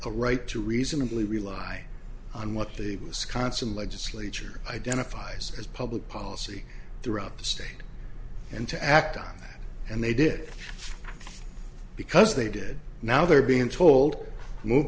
a right to reasonably rely on what the wisconsin legislature identifies as public policy throughout the state and to act on it and they did because they did now they're being told to move